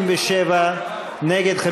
37. נגד,